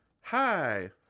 Hi